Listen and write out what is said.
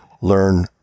learn